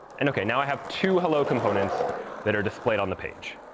and ok, now i have two hello components that are displayed on the page.